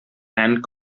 and